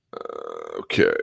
Okay